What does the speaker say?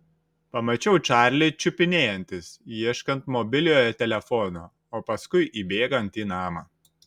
pamačiau čarlį čiupinėjantis ieškant mobiliojo telefono o paskui įbėgant į namą